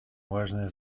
важное